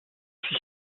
sich